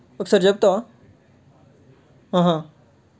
ఒకసారి చెప్తావా